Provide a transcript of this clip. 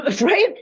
Right